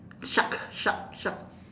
shark shark shark